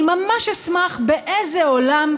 אני ממש אשמח באיזה עולם,